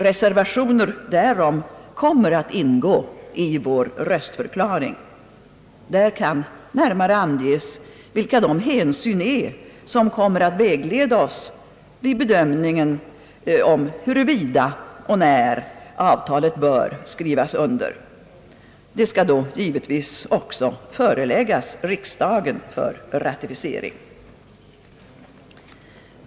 Reservationer därom kommer att ingå i vår röstförklaring. Där kan närmare anges vilka de hänsyn är som kommer att vägleda oss vid bedömningen av huruvida och när avtalet bör skrivas under. Det skall då givetvis också föreläggas riksdagen för ratificering.